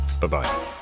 bye-bye